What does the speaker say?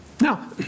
Now